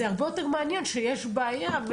זה הרבה יותר מעניין שיש בעיה.